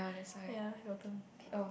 ya your turn